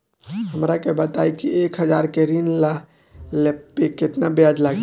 हमरा के बताई कि एक हज़ार के ऋण ले ला पे केतना ब्याज लागी?